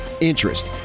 interest